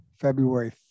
February